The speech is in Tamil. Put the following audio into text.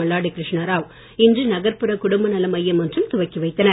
மல்லாடி கிருஷ்ணராவ் இன்று நகர்ப்புற குடும்ப நல மையம் ஒன்றில் துவக்கி வைத்தனர்